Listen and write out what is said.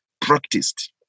practiced